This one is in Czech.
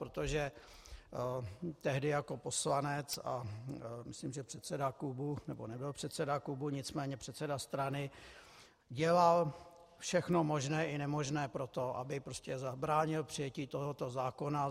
Protože tehdy jako poslanec, a myslím že předseda klubu, nebo nebyl předseda klubu, nicméně předseda strany, dělal všechno možné a nemožné pro to, aby zabránil přijetí tohoto zákona.